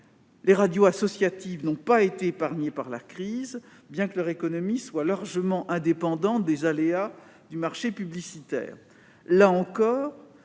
Les radios associatives n'ont pas été épargnées par la crise, bien que leur économie soit largement indépendante des aléas du marché publicitaire.